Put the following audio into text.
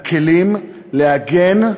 הכלים להגן,